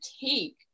take